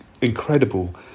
incredible